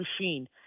machine